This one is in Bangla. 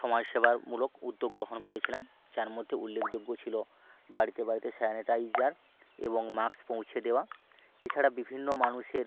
সমাজ সেবামূলক উদ্যোগ গ্রহণ করেছিলাম যার মধ্যে উল্লেখযোগ্য ছিল বাড়িতে বাড়িতে স্যানিটাইজার এবং মাস্ক পৌঁছে দেওয়া এছাড়া বিভিন্ন মানুষের